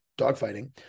dogfighting